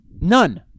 None